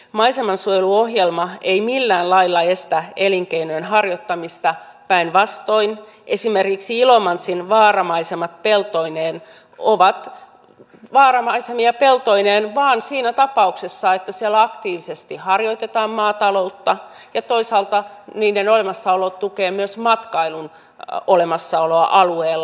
maisemansuojeluohjelma ei millään lailla estä elinkeinojen harjoittamista päinvastoin esimerkiksi ilomantsin vaaramaisemat peltoineen ovat vaaramaisemia peltoineen vain siinä tapauksessa että siellä aktiivisesti harjoitetaan maataloutta ja toisaalta niiden olemassaolo tukee myös matkailun olemassaoloa alueella